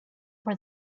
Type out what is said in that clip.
for